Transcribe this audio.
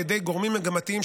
על ידי גורמים מגמתיים,